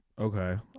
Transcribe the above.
Okay